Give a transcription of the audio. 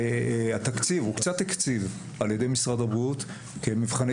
הוא קצת הקציב על ידי משרד הבריאות כמבחני